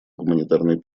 гуманитарной